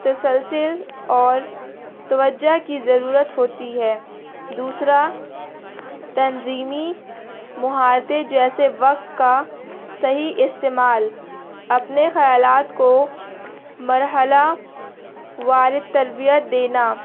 تسلسل اور توجہ کی ضرورت ہوتی ہے دوسرا تنظیمی مہارتیں جیسے وقت کا صحیح استعمال اپنے خیالات کو مرحلہ وار تربیت دینا